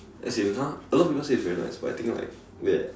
as in !huh! a lot of people say it's very nice but I think like meh